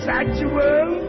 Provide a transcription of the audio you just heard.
actual